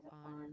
on